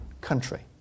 country